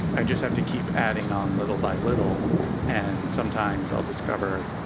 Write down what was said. i just have to keep adding on little by little and sometimes i'll discover,